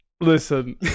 listen